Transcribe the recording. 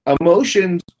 emotions